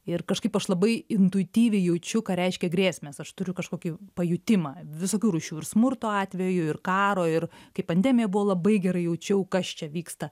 ir kažkaip aš labai intuityviai jaučiu ką reiškia grėsmės aš turiu kažkokį pajutimą visokių rūšių ir smurto atvejų ir karo ir kai pandemija buvo labai gerai jaučiau kas čia vyksta